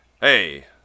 Hey